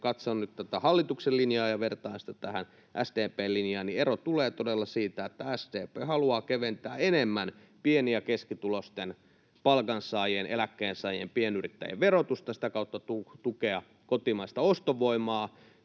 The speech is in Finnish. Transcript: nyt tätä hallituksen linjaa ja vertaan sitä tähän SDP:n linjaan, niin ero tulee todella siitä, että SDP haluaa keventää enemmän pieni- ja keskituloisten palkansaajien, eläkkeensaajien ja pienyrittäjien verotusta ja sitä kautta tukea kotimaista ostovoimaa,